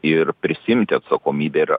ir prisiimti atsakomybę ir